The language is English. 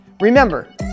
Remember